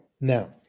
Now